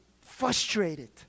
frustrated